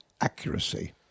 accuracy